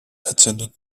attended